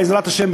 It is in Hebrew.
בעזרת השם,